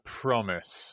promise